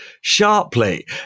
sharply